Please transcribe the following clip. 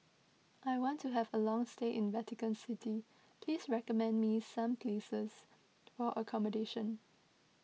I want to have a long stay in Vatican City please recommend me some places for accommodation